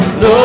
Lord